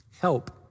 help